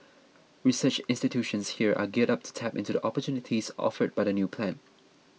research institutions here are geared up to tap into the opportunities offered by the new plan